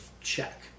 check